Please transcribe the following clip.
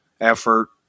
effort